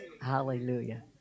Hallelujah